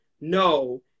no